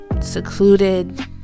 secluded